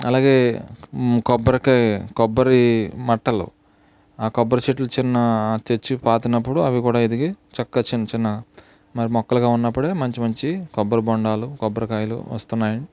అలాగే కొబ్బరికాయ కొబ్బరి మట్టలు ఆ కొబ్బరి చెట్లు చిన్న తెచ్చి పాతినప్పుడు అవి కూడా ఎదిగి చక్కగా చిన్న చిన్న మరి మొక్కలుగా ఉన్నప్పుడే మంచి మంచి కొబ్బరి బొండాలు కొబ్బరికాయలు వస్తున్నాయి